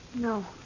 No